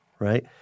Right